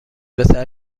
پسر